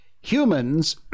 Humans